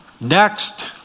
Next